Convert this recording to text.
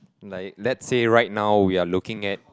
like let's say right now we are looking at